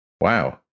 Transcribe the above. Wow